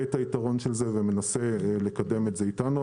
את היתרון של זה ומנסה לקדם את זה איתנו,